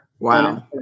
Wow